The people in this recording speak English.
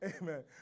Amen